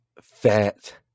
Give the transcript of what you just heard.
fat